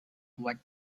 what